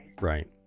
right